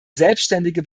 selbstständige